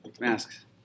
masks